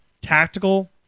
tactical